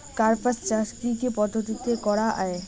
কার্পাস চাষ কী কী পদ্ধতিতে করা য়ায়?